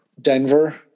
Denver